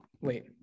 wait